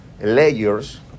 layers